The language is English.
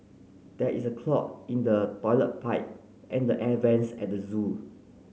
there is a clog in the toilet pipe and the air vents at the zoo